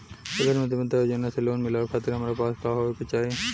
प्रधानमंत्री मुद्रा योजना से लोन मिलोए खातिर हमरा पास का होए के चाही?